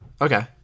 Okay